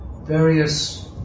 various